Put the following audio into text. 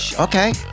okay